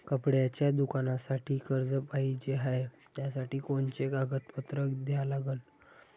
कपड्याच्या दुकानासाठी कर्ज पाहिजे हाय, त्यासाठी कोनचे कागदपत्र द्या लागन?